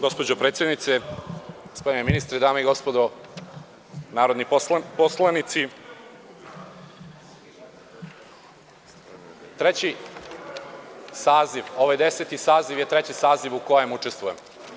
Gospođo predsednice, gospodine ministre, dame i gospodo narodni poslanici, ovaj deseti saziv je treći saziv u kojem učestvujem.